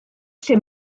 lle